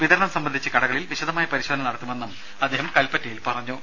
വിതരണം സംബന്ധിച്ച് കടകളിൽ വിശദമായ പരിശോധന നടത്തുമെന്നും അദ്ദേഹം കൽപ്പറ്റയിൽ പറഞ്ഞു